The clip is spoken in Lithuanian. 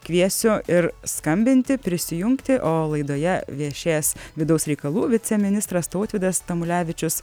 kviesiu ir skambinti prisijungti o laidoje viešėjęs vidaus reikalų viceministras tautvydas tamulevičius